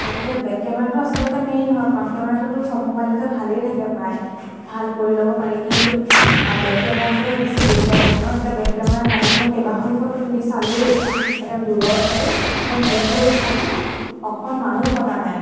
গতিকে বেক কেমেৰাটো আচলতে মেইন হয় ফ্ৰণ্ট কেমেৰাটোতো চব মোবাইলতে ভালেই থাকে প্ৰায় ভাল কৰি ল'ব পাৰি কিন্তু বেক কেমেৰাটোৱে বেছি গুৰুত্বপূৰ্ণ এতিয়া বেক কেমেৰা কালি মই কেইবাখনো ফ'টো তুলি চালোঁ দেই একদম দূৰৰ ফ'টো একদম জুম কৰি চাইছোঁ অকণমানো ফটা নাই